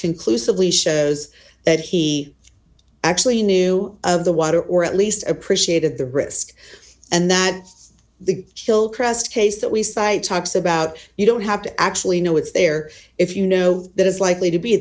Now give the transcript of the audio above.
conclusively shows that he actually knew of the water or at least appreciated the risk and that the chill crest case that we cite talks about you don't have to actually know it's there if you know that it's likely to be